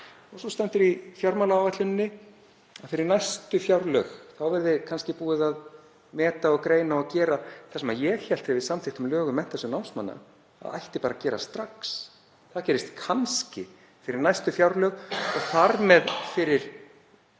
Svo stendur í fjármálaáætluninni að fyrir næstu fjárlög verði kannski búið að meta og greina og gera það sem ég hélt þegar við samþykktum lög um Menntasjóð námsmanna að ætti að gerast strax. Það gerist kannski fyrir næstu fjárlög og þar með fyrir